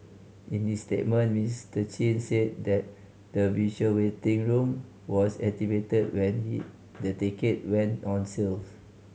in his statement Mister Chin said that the virtual waiting room was activated when he the ticket went on sale